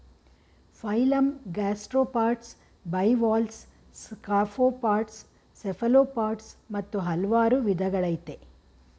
phylum gastropods bivalves scaphopods cephalopods ಮತ್ತು ಹಲ್ವಾರ್ ವಿದಗಳಯ್ತೆ